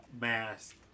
mask